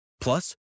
plus